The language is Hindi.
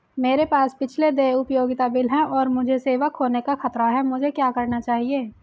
मेरे पास पिछले देय उपयोगिता बिल हैं और मुझे सेवा खोने का खतरा है मुझे क्या करना चाहिए?